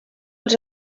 els